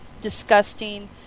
disgusting